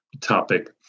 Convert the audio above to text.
topic